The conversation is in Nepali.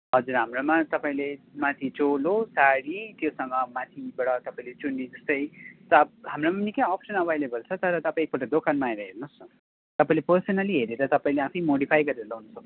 हजुर हाम्रामा तपाईँले माथि चोलो साडी त्योसँग माथिबाट तपाईँले चुन्नी जस्तै सब हाम्रामा निकै अप्सन अभाइलेबल छ तर तपाईँ एकपल्ट दोकानमा आएर हेर्नुहोस् न तपाईँले पर्सनेली हेरेर तपाईँले आफै मोडिफाई गरेर लगाउन सक्नुहुन्छ